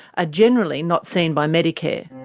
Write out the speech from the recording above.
ah generally not seen by medicare.